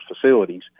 facilities